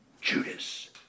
Judas